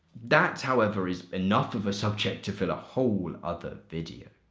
that, however, is enough of a subject to fill a whole other video.